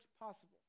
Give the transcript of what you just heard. possible